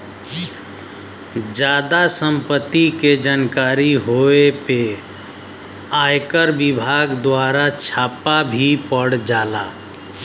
जादा सम्पत्ति के जानकारी होए पे आयकर विभाग दवारा छापा भी पड़ जाला